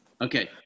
Okay